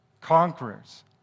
conquerors